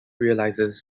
realizes